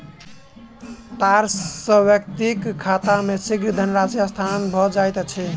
तार सॅ व्यक्तिक खाता मे शीघ्र धनराशि हस्तांतरण भ जाइत अछि